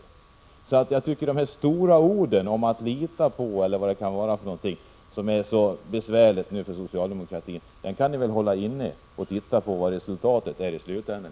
Jag tycker att ni kan hålla inne med de stora orden om att lita på vpk o. d., vilket är så besvärligt för socialdemokratin, och i stället se på resultatet i slutänden.